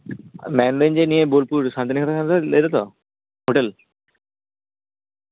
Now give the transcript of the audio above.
ᱢᱮᱱᱫᱟᱹᱧ ᱱᱤᱭᱟᱹ ᱵᱳᱞᱯᱩᱨ ᱥᱟᱱᱛᱤᱱᱤᱠᱮᱛᱚᱱ ᱠᱷᱚᱱᱮᱢ ᱞᱟᱹᱭᱫᱟᱛᱚ ᱦᱳᱴᱮᱞ